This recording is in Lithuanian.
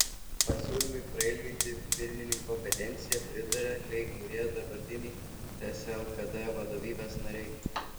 pasiūlymui prailginti pirmininko kadenciją pritaria kai kurie dabartiniai ts lkd vadovybės nariai